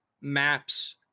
maps